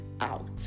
out